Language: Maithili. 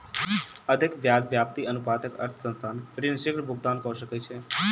अधिक ब्याज व्याप्ति अनुपातक अर्थ संस्थान ऋण शीग्र भुगतान कय सकैछ